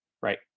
Right